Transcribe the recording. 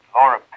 Laura